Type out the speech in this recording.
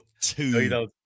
two